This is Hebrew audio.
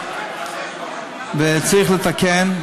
צריך לתקן,